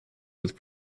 with